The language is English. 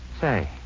Say